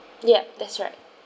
yup that's right